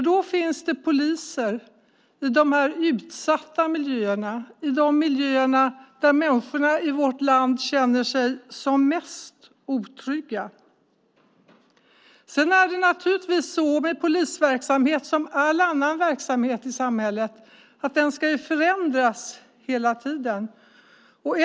Då finns det poliser i de utsatta miljöerna, i de miljöer där människor i vårt land känner sig som mest otrygga. Naturligtvis är det med polisverksamheten precis som med all annan verksamhet i samhället; den ska hela tiden förändras.